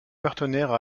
partenaires